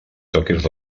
toques